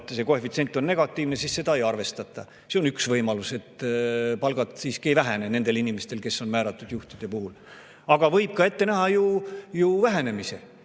see koefitsient on negatiivne, siis seda ei arvestata. See on üks võimalus. Palgad siiski ei vähene nendel inimestel, juhtidel, kes on määratud. Aga võib ka ette näha ju vähenemise.